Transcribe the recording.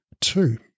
Two